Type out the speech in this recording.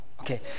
Okay